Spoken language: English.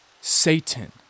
Satan